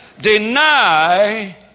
Deny